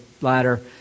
ladder